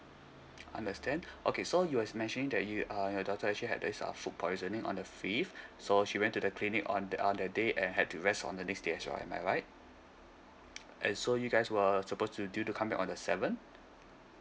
understand okay so you was mentioning that you ah your daughter actually had that this ah food poisoning on the fifth so she went to the clinic on uh that day and had to rest on the next day as well am I right uh so you guys were supposed to due to come back on the seventh